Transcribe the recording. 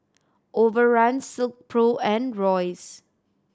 Overrun Silkpro and Royce